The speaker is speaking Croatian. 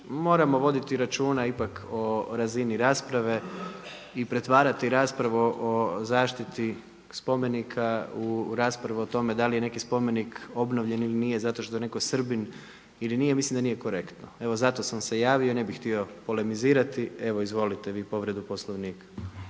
moramo voditi računa ipak o razini rasprave i pretvarati raspravu o zaštiti spomenika u raspravu o tome da li je neki spomenik obnovljen ili nije zato što je netko Srbin ili nije ja mislim da nije korektno. Evo zato sam se javio i ne bih htio polemizirati. Evo izvolite vi povredu Poslovnika.